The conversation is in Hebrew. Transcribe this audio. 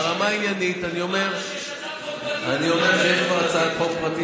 ברמה העניינית אני אומר שכבר יש הצעת חוק פרטית